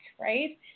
right